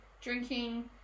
drinking